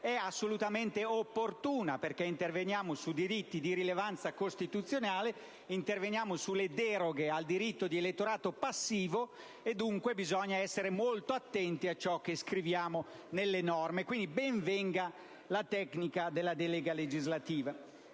è assolutamente opportuna, perché interveniamo su diritti di rilevanza costituzionale e sulle deroghe al diritto di elettorato passivo. Bisogna quindi essere molto attenti a ciò che scriviamo nelle norme, per cui ben venga la tecnica delle delega legislativa.